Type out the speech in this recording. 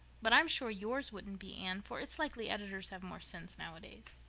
but i'm sure yours wouldn't be, anne, for it's likely editors have more sense nowadays.